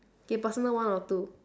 okay personal one or two